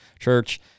church